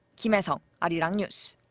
kim hyesung, arirang news.